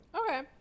Okay